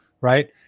right